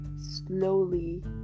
slowly